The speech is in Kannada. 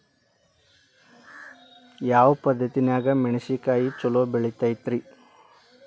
ಯಾವ ಪದ್ಧತಿನ್ಯಾಗ ಮೆಣಿಸಿನಕಾಯಿ ಛಲೋ ಬೆಳಿತೈತ್ರೇ?